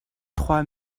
trois